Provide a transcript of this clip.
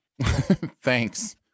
thanks